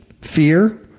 fear